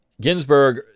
Ginsburg